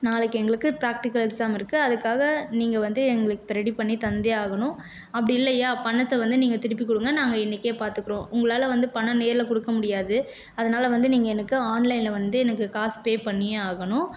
நாளைக்கு எங்களுக்கு practical exam இருக்குது அதுக்காக நீங்கள் வந்து எங்களுக்கு இப்போ ரெடி பண்ணித் தந்தே ஆகணும் அப்படி இல்லையா பணத்தை வந்து நீங்கள் திருப்பிக் கொடுங்க நாங்கள் இன்றைக்கே பார்த்துக்கறோம் உங்களால் வந்து பணம் நேரில் கொடுக்க முடியாது அதனால் வந்து நீங்கள் எனக்கு ஆன்லைனில் வந்து எனக்கு காசு பே பண்ணியே ஆகணும்